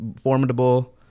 formidable